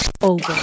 over